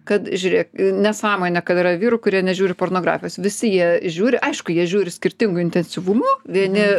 kad žiūrėk nesąmonė kad yra vyrų kurie nežiūri pornografijos visi jie žiūri aišku jie žiūri skirtingu intensyvumu vieni